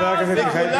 חבר הכנסת מיכאל בן-ארי.